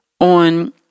on